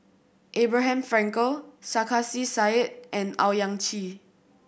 Abraham Frankel Sarkasi Said and Owyang Chi